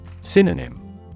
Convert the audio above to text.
Synonym